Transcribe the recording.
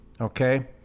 okay